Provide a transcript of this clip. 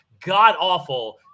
god-awful